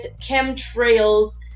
chemtrails